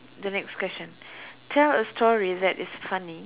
the next question tell a story that is funny